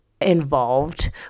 involved